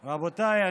רבותיי,